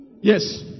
Yes